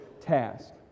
task